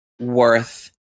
worth